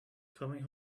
coming